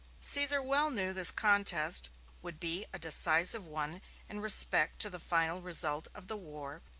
caesar well knew this contest would be a decisive one in respect to the final result of the war,